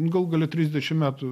galų gale trisdešim metų